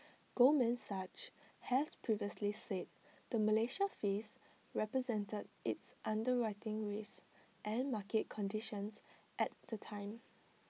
Goldman Sachs has previously said the Malaysia fees represented its underwriting risks and market conditions at the time